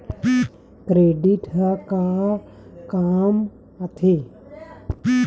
Credit ह का काम आथे?